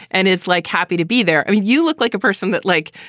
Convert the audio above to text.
and it's like happy to be there. you look like a person that, like,